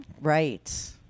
Right